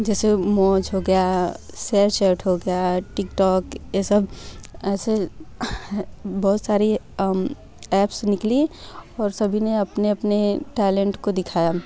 जैसे मौज हो गया शेरचैट हो गया टिकटोक ऐसे बहुत सारी एप्स निकली और सभी ने अपने अपने टैलेंट को दिखाया